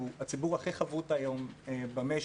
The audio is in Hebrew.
שהוא הציבור הכי חבוט היום במשק,